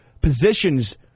positions